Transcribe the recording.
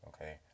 Okay